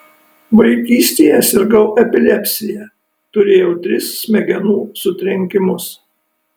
vaikystėje sirgau epilepsija turėjau tris smegenų sutrenkimus